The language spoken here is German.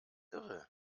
irre